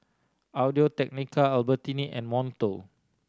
Audio Technica Albertini and Monto